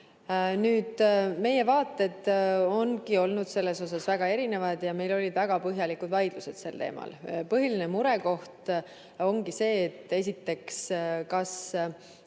olla. Meie vaated ongi olnud selles osas väga erinevad ja meil olid väga põhjalikud vaidlused sel teemal. Põhiline murekoht ongi see, esiteks, kas